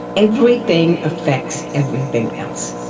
everything affects everything else.